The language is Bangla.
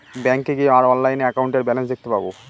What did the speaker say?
ব্যাঙ্কে গিয়ে আর অনলাইনে একাউন্টের ব্যালান্স দেখতে পাবো